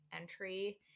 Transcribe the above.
entry